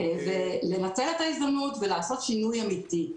צריך לנצל את ההזדמנות ולעשות שינוי אמיתי.